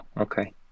okay